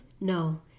No